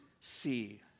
see